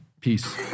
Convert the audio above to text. Peace